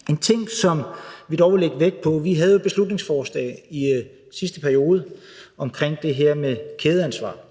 Der er en ting, som vi dog vil lægge vægt på. Vi havde et beslutningsforslag i sidste periode omkring det her med kædeansvar.